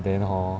then hor